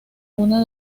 una